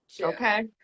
Okay